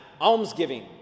almsgiving